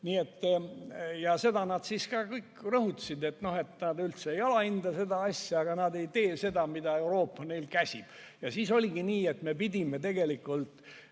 ole. Ja seda nad kõik ka rõhutasid, et nad üldse ei alahinda seda asja, aga nad ei tee seda, mida Euroopa neil käsib. Siis oligi nii, et me pidime tegelikult